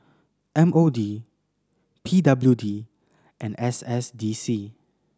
M O D P W D and S S D C